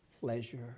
pleasure